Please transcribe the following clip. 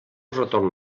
retorn